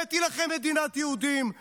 הבאתי לכם מדינת יהודים,